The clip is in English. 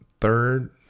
third